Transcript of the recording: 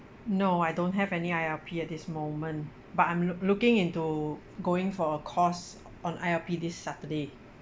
no I don't have any I_L_P at this moment but I'm loo~ looking into going for a course on I_L_P this saturday